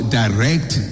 direct